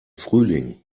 frühling